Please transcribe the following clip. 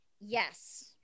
yes